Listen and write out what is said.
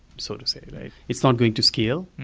so to say. like it's not going to scale.